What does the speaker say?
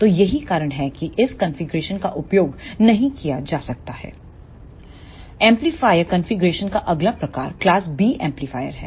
तो यही कारण है कि इस कॉन्फ़िगरेशन का उपयोग नहीं किया जाता है एम्पलीफायर कॉन्फ़िगरेशन का अगला प्रकार क्लास B एम्पलीफायर है